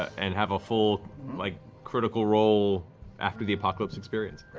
and have a full like critical role after-the-apocalypse experience.